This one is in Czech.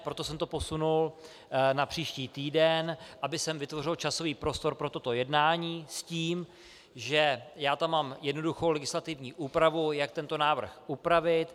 Proto jsem to posunul na příští týden, abych vytvořil časový prostor pro toto jednání s tím, že tam mám jednoduchou legislativní úpravu, jak tento návrh upravit.